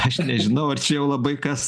aš nežinau ar čia jau labai kas